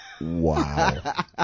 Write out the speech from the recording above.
Wow